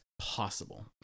possible